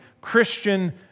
Christian